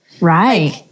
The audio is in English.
Right